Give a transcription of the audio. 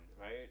right